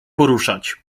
poruszać